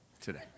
today